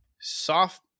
Soft